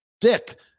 dick